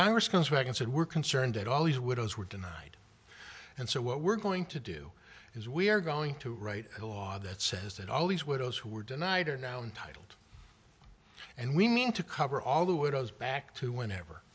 congress comes back and said we're concerned that all these widows were denied and so what we're going to do is we are going to write a law that says that all these widows who were denied are now in titled and we need to cover all the widows back to whenever